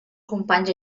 companys